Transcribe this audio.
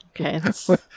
okay